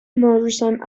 morrison